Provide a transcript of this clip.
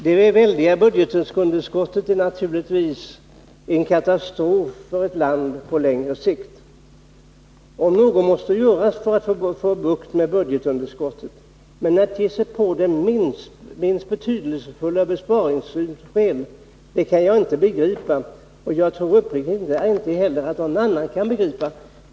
Det väldiga budgetunderskottet är naturligtvis på längre sikt en katastrof för ett land. Något måste göras för att få bukt med budgetunderskottet, men att man ger sig på det som är minst betydelsefullt i besparingshänseende kan jag inte begripa, och jag tror uppriktigt sagt att inte heller någon annan kan begripa det.